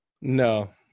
No